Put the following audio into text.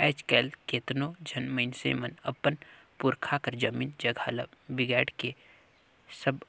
आएज काएल केतनो झन मइनसे मन अपन पुरखा कर जमीन जगहा ल बिगाएड़ के सब